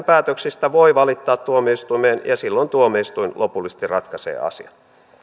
päätöksistä voi valittaa tuomioistuimeen ja silloin tuomioistuin lopullisesti ratkaisee asian